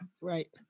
Right